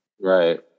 Right